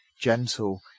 gentle